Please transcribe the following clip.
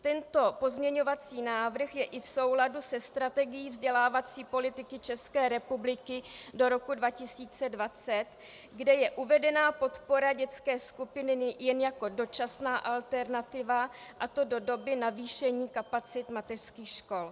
Tento pozměňovací návrh je i v souladu se strategií vzdělávací politiky ČR do roku 2020, kde je uvedena podpora dětské skupiny jen jako dočasná alternativa, a to do doby navýšení kapacit mateřských škol.